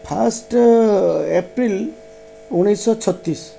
first April ଉଣେଇଶିଶହ ଛତିଶି